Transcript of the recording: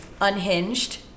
Unhinged